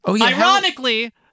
Ironically